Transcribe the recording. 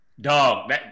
Dog